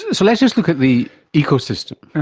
ah so let's just look at the ecosystem,